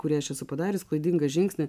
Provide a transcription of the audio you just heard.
kurį aš esu padarius klaidingą žingsnį